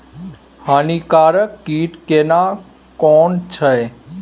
हानिकारक कीट केना कोन छै?